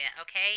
okay